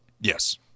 Yes